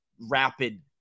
rapid